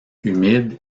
humides